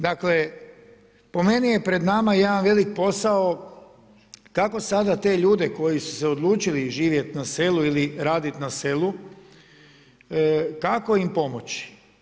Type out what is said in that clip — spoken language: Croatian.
Dakle, po meni je pred nama jedan veliki posao kako sad te ljude koji su se odlučili živjeti na selu ili raditi na selu, kako im pomoći.